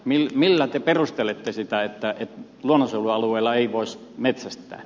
millä te perustelette sitä että luonnonsuojelualueella ei voisi metsästää